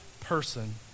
person